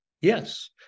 Yes